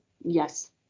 yes